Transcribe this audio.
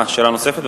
שאלה נוספת?